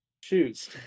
shoes